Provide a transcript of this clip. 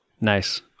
Nice